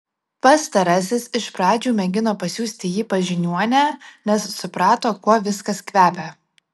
pastarasis iš pradžių mėgino pasiųsti jį pas žiniuonę nes suprato kuo viskas kvepia